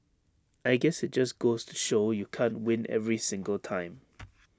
I guess IT just goes to show you can't win every single time